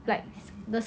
okay